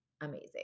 amazing